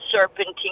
serpentine